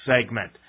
segment